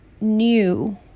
new